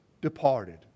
departed